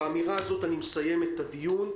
באמירה הזאת אני מסיים את הדיון.